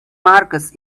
marcus